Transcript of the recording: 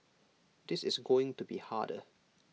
this is going to be harder